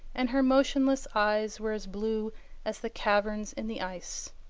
and her motionless eyes were as blue as the caverns in the ice.